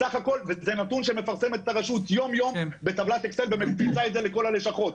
זה נתון שמפרסמת הרשות יום יום בטבלת אקסל שהיא מפיצה לכל הלשכות.